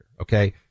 okay